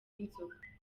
inzoga